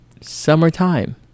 summertime